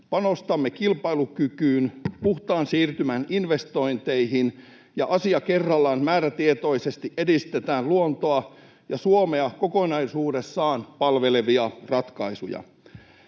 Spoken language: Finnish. panostamme kilpailukykyyn, puhtaan siirtymän investointeihin, ja asia kerrallaan määrätietoisesti edistetään luontoa ja Suomea kokonaisuudessaan palvelevia ratkaisuja.